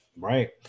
Right